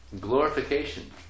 glorification